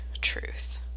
truth